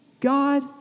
God